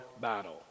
battle